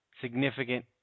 significant